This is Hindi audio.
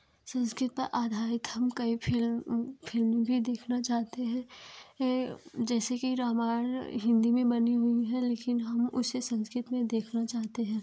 संस्कृत पर आधारित हम कई फिल्म फिल्म भी देखना चाहते हैं जैसे कि रामायण हिंदी में बनी हुईं है लेकिन हम उसे संस्कृत में देखना चाहते हैं